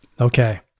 Okay